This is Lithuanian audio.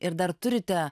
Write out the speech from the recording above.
ir dar turite